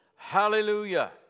Hallelujah